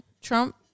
Trump